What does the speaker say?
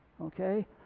Okay